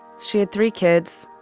she had three kids.